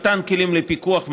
מתן כלים לפיקוח,